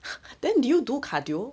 then do you do cardio